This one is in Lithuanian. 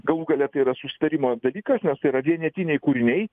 galų gale tai yra susitarimo dalykas nes tai yra vienetiniai kūriniai